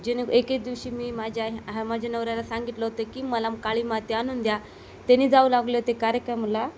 ज्याने एके दिवशी मी माझ्या ह्या माझ्या नवऱ्याला सांगितलं होतं की मला काळी माती आणून द्या त्यानी जाऊ लागले होते कार्यक्रमाला